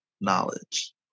knowledge